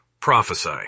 Prophesy